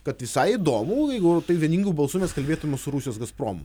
kad visai įdomu jeigu taip vieningu balsu mes kalbėtume su rusijos gazpromu